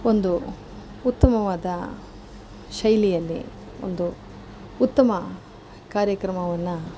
ಒಂದು ಉತ್ತಮವಾದ ಶೈಲಿಯಲ್ಲಿ ಒಂದು ಉತ್ತಮ ಕಾರ್ಯಕ್ರಮವನ್ನು